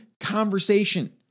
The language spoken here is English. conversation